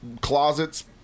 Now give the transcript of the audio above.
closets